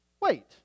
wait